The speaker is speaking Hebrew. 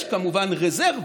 יש כמובן רזרבה,